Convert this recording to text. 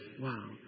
Wow